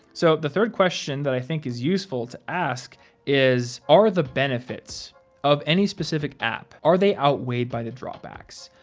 so the third question that i think is useful to ask is are the benefits of any specific app, are they outweighed by the drawbacks?